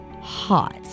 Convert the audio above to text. hot